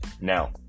Now